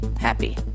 happy